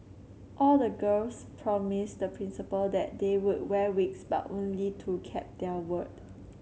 all the girls promised the Principal that they would wear wigs but only two kept their word